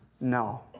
No